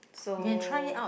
so